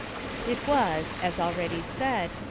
it was, as already said,